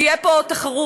תהיה פה תחרות,